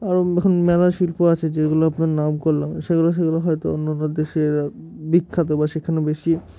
আরও এখন মেলা শিল্প আছে যেগুলো আপনার নাম করলাম সেগুলো সেগুলো হয়তো অন্য দেশের বিখ্যাত বা সেখানে বেশি